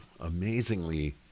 amazingly